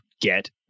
get